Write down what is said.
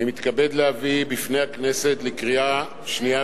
אני מתכבד להביא בפני הכנסת לקריאה שנייה